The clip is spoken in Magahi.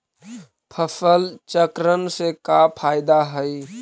फसल चक्रण से का फ़ायदा हई?